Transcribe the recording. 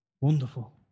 Wonderful